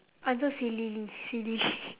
answer sillily silly